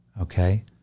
okay